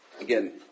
Again